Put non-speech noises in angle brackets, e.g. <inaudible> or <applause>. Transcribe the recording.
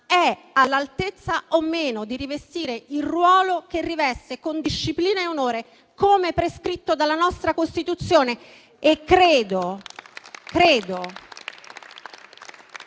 è all'altezza o meno di rivestire il ruolo che riveste, con disciplina e onore, come prescritto dalla nostra Costituzione. <applause>